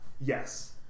Yes